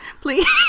please